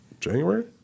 January